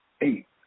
Eight